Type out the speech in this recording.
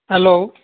hello